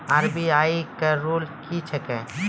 RBI का rule क्या हैं?